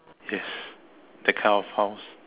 yes that kind of house